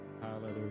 hallelujah